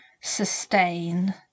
sustain